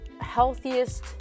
healthiest